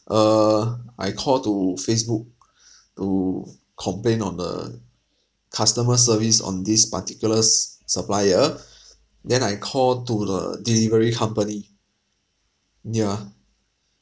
uh I call to facebook to complain on the customer service on this particular s~ supplier then I call to the delivery company mm yeah